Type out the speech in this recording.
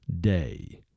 day